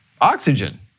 Oxygen